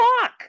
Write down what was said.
fuck